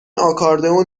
آکاردئون